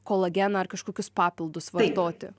kolageną ar kažkokius papildus vartoti